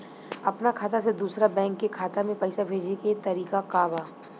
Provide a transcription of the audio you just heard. अपना खाता से दूसरा बैंक के खाता में पैसा भेजे के तरीका का बा?